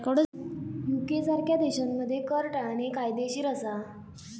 UK सारख्या देशांमध्ये कर टाळणे कायदेशीर असा